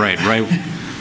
right right